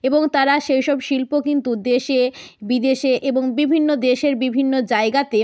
এবং তারা সেই সব শিল্প কিন্তু দেশে বিদেশে এবং বিভিন্ন দেশের বিভিন্ন জায়গাতে